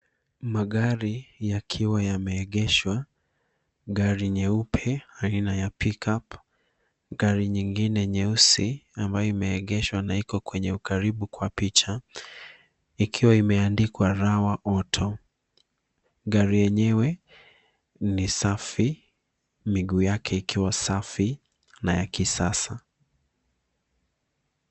Magari yakiwa yameegeshwa. Gari nyeupe aina ya pickup , gari nyingine nyeusi ambayo imeegeshwa naiko kwenye ukaribu kwa picha ikiwa imeandikwa rawa auto . Gari yenyewe ni safi, miguu yake ikiwa safi na ya kisasa.